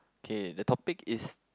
okay the topic is